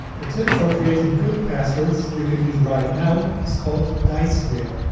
a tip for creating good passwords you can use right now is called diceware.